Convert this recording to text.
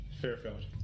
fairfield